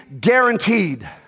guaranteed